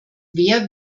wer